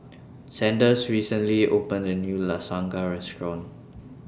Sanders recently opened A New Lasagne Restaurant